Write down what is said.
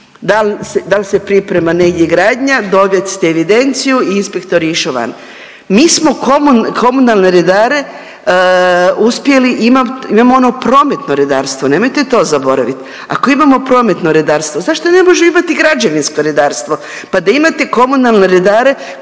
da li se priprema negdje gradnja, dovesti evidenciju i inspektor je išao van. Mi smo komunalne redare uspjeli, imamo ono prometno redarstvo. Nemojte to zaboraviti. Ako imamo prometno redarstvo zašto ne možemo imati građevinsko redarstvo, pa da imate komunalne redare